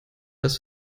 das